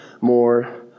more